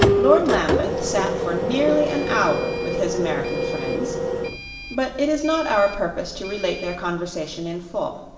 lord lambeth sat for nearly an hour with his american friends but it is not our purpose to relate their conversation in full.